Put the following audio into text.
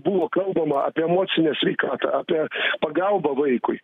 buvo kalbama apie emocinę sveikatą apie pagalbą vaikui